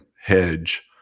hedge